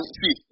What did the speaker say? see